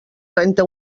trenta